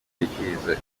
atekereza